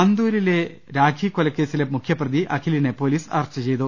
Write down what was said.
അന്തൂരിലെ രാഖി കൊലക്കേസിലെ മുഖ്യപ്രതി അഖിലിനെ പൊലീസ് അറസ്റ്റ് ചെയ്തു